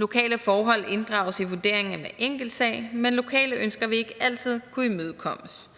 Lokale forhold inddrages i vurderingen af den enkelte sag, men lokale ønsker vil ikke altid kunne imødekommes.